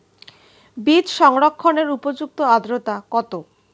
বীজ সংরক্ষণের উপযুক্ত আদ্রতা কত?